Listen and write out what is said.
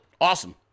awesome